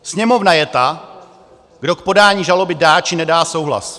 Sněmovna je ta, kdo k podání žaloby dá, či nedá souhlas.